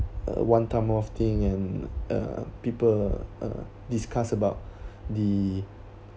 a one time of thing and uh people uh discuss about the